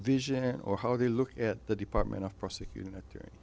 vision or how they look at the department of prosecuting attorney